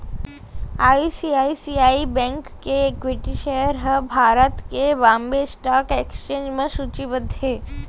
ICICI bank के equity share ह भारत के बांबे स्टॉक एक्सचेंज म सूचीबद्ध हे